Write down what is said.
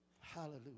Hallelujah